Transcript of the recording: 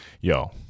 yo